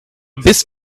bist